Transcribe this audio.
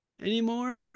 anymore